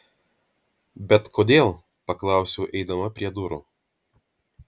bet kodėl paklausiau eidama prie durų